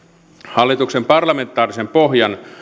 hallituksen parlamentaarisen pohjan